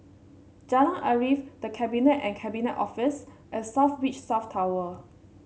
Jalan Arif The Cabinet and Cabinet Office and South Beach South Tower